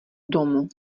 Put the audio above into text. domu